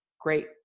great